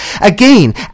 Again